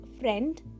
friend